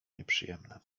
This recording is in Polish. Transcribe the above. nieprzyjemne